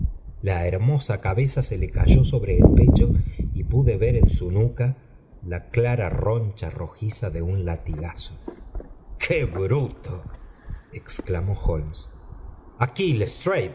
la hermosa cabeza se le cayó sobre el pecho y pude ver en su nuca la clara roncha rojiza de un latigazo qué bruto exclamó holmes